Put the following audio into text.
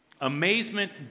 Amazement